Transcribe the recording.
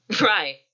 Right